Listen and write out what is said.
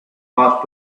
cost